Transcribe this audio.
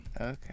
Okay